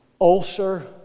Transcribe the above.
ulcer